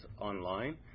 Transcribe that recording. online